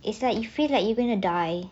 it's like you feel like you're going to die